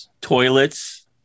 toilets